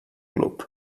club